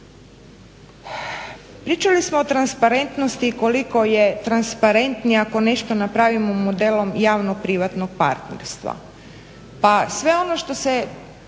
Pričali smo o transparentnosti koliko je transparentnije ako nešto napravimo modelom javno-privatnog partnerstva. Pa sve ono što se